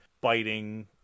biting